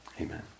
Amen